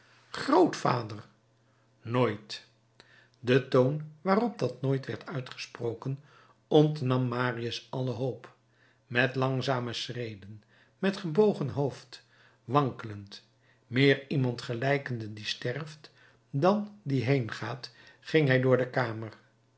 grootvader nooit de toon waarop dat nooit werd uitgesproken ontnam marius alle hoop met langzame schreden met gebogen hoofd wankelend meer iemand gelijkende die sterft dan die heengaat ging hij door de kamer